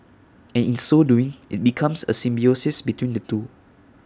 and in so doing IT becomes A symbiosis between the two